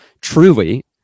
truly